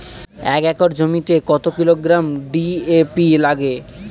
এক একর জমিতে কত কিলোগ্রাম ডি.এ.পি লাগে?